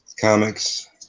Comics